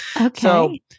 Okay